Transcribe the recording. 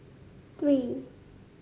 three